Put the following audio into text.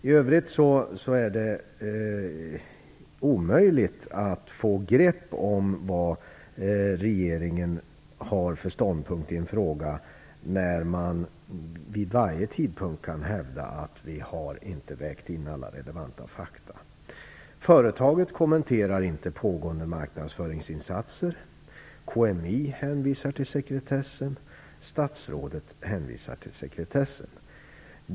I övrigt är det omöjligt att få grepp om vad regeringen har för ståndpunkt i en fråga när man vid varje tidpunkt kan hävda att alla relevanta fakta inte vägts in. Företaget kommenterar inte pågående marknadsföringsinsatser, KMI hänvisar till sekretessen, statsrådet hänvisar till sekretessen.